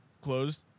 closed